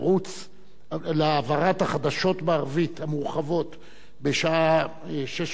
שהעברת החדשות המורחבות בערבית בשעה 18:30 כל ערב